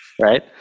Right